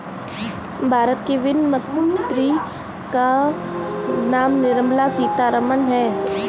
भारत के वित्त मंत्री का नाम निर्मला सीतारमन है